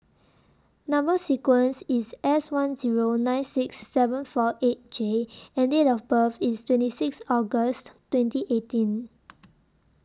Number sequence IS S one Zero nine six seven four eight J and Date of birth IS twenty six August twenty eighteen